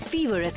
Fever